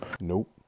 Nope